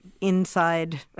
inside